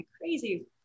crazy